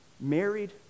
married